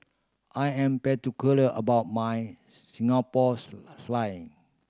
I am particular about my Singapore's